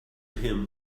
him